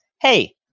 Hey